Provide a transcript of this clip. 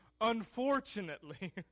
Unfortunately